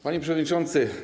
Panie Przewodniczący!